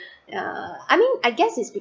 yeah I mean I guess is because